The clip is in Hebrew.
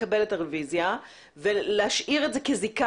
לקבל את הרביזיה ולהשאיר את זה כזיקה